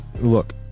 Look